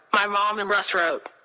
my mom and russ wrote.